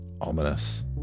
ominous